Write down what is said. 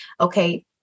Okay